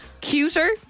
cuter